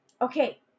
Okay